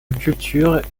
culture